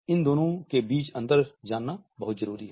इन दोनों के बीच अंतर जानना बहुत जरूरी है